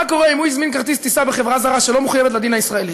מה קורה אם הוא הזמין כרטיס טיסה בחברה זרה שלא מחויבת לדין הישראלי?